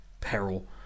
peril